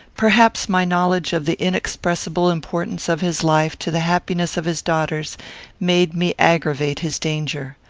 perhaps my knowledge of the inexpressible importance of his life to the happiness of his daughters made me aggravate his danger.